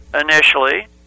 initially